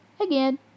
Again